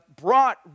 brought